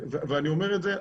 ואני אומר את זה,